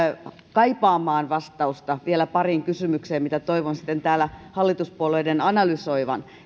kaipaamaan vastausta vielä pariin kysymykseen joita toivon sitten täällä hallituspuolueiden analysoivan